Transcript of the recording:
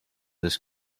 this